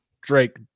Drake